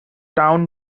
town